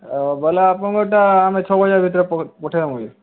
ବେଲେ ଆପଣଙ୍କର୍ ଟା ଆମେ ଛଅ ବଜେ ଭିତ୍ରେ ପଠେଇଦେମୁ ଯେ